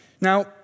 Now